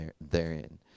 therein